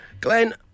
Glenn